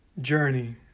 Journey